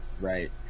right